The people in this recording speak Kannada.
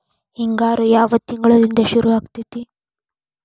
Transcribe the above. ಹಿಂಗಾರು ಯಾವ ತಿಂಗಳಿನಿಂದ ಶುರುವಾಗತೈತಿ?